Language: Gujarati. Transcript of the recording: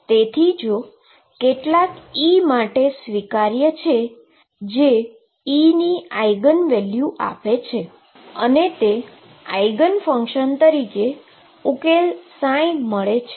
તેથી જો કેટલાક E માટે તે સ્વિકાર્ય છે જે E ની આઈગન વેલ્યુ આપે છે અને તે આઈગન ફંક્શન તરીકે ઉકેલ મળે છે